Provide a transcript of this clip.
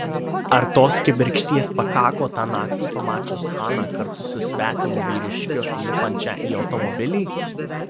ar tos kibirkšties pakako tą naktį pamačius haną kartu su svetimu vyriškiu lipančią į automobilį